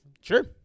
Sure